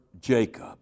Jacob